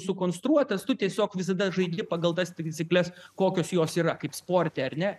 sukonstruotas tu tiesiog visada žaidi pagal tas taisykles kokios jos yra kaip sporte ar ne